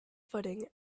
footing